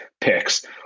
picks